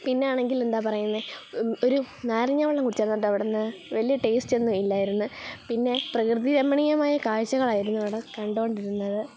പിന്നെ ആണെങ്കിൽ എന്താണ് പറയുന്നത് ഒരു നാരങ്ങാ വെള്ളം കുടിച്ചു അതുകൊണ്ട് അവിടുന്ന് വലിയ ടേസ്റ്റ് ഒന്നും ഇല്ലായിരുന്നു പിന്നെ പ്രകൃതി രമണീയമായ കാഴ്ചകൾ ആയിരുന്നു അവിടെ കണ്ടുകൊണ്ടിരുന്നത്